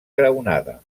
graonada